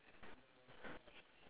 ya like everything